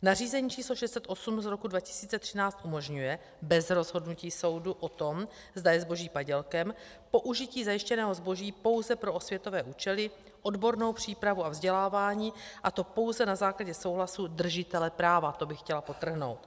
Nařízení č. 608/2013 umožňuje bez rozhodnutí soudu o tom, zda je zboží padělkem, použití zajištěného zboží pouze pro osvětové účely, odbornou přípravu a vzdělávání, a to pouze na základě souhlasu držitele práva, to bych chtěla podtrhnout.